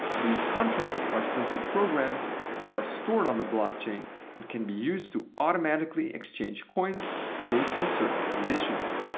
these contracts are simple programs that are stored on the blockchain and can be used to automatically exchange coins based on certain conditions.